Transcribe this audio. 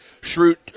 shrewd